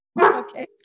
Okay